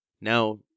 Now